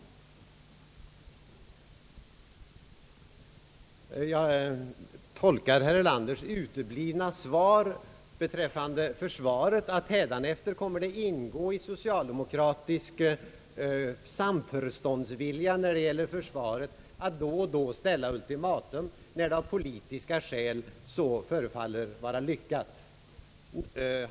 Jag tolkar herr Erlanders uteblivna svar beträffande försvaret så att det hädanefter kommer att ingå i socialdemokratisk taktik när det gäller försvaret att då och då ställa ultimatum, när det av politiska skäl så förefaller vara lyckat.